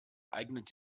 eignet